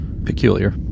Peculiar